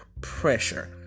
pressure